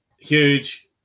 huge